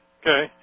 Okay